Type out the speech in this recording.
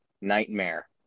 nightmare